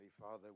Father